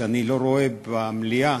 כשאני לא רואה במליאה